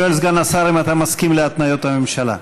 שואל סגן השר אם אתה מסכים להתניות הממשלה.